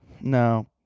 No